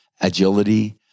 agility